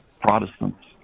Protestants